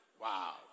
Wow